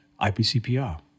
IPCPR